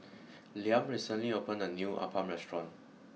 Liam recently opened a new Appam restaurant